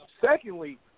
Secondly